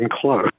close